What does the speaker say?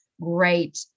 great